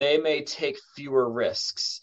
They may take fewer risks.